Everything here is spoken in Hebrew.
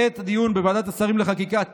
בעת הדיון בוועדת השרים לחקיקה,